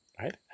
right